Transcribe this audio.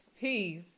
Peace